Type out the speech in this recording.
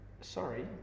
Sorry